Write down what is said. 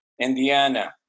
Indiana